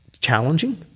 challenging